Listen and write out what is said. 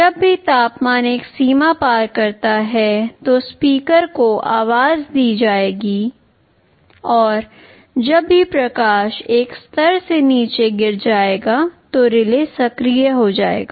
जब भी तापमान एक सीमा पार करता है तो स्पीकर को आवाज़ दी जाएगी और जब भी प्रकाश एक स्तर से नीचे गिर जाएगा तो रिले सक्रिय हो जाएगा